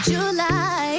July